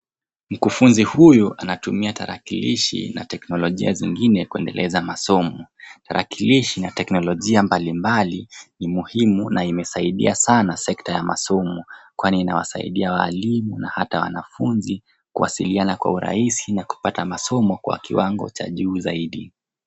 Mkufunzi huyu anatumia tarakilishi na teknolojia zingine kuendeleza masomo. Tarakilishi na teknolojia mbalimbali ni muhimu na imesaidia sana sekta ya masomo kwani inawasaidia walimu na hata wanafunzi kuwasiliana kwa urahisi na kupata masomo kwa kiwango cha juu zaidi.